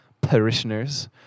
parishioners